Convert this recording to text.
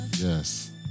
Yes